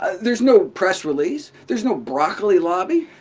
ah there's no press release. there's no broccoli lobby.